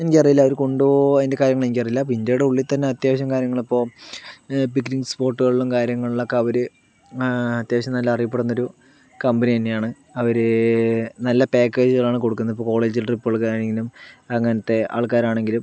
എനിക്കറിയില്ല അവർ കൊണ്ടു പോകുമോ അതിൻ്റെ കാര്യങ്ങളൾ എനിക്കറിയില്ല ഇപ്പം ഇന്ത്യയുടെ ഉള്ളിൽ തന്നെ അത്യാവശ്യം കാര്യങ്ങൾ ഇപ്പോൾ പിക്നിക് സ്പോട്ടുകളിലും കാര്യങ്ങളിലൊക്കെ അവർ അത്യാവശ്യം നല്ല അറിയപ്പെടുന്നൊരു കമ്പനി തന്നെയാണ് അവർ നല്ല പാക്കേജുകളാണ് കൊടുക്കുന്നത് ഇപ്പം കോളേജ് ട്രിപ്പുകൾക്കാണെങ്കിലും അങ്ങനത്തെ ആൾക്കാരാണെങ്കിലും